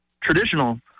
traditional